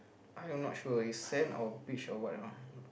I am not sure it's sand or beach or whatever